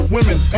Women